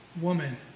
Woman